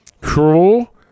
cruel